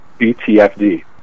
BTFD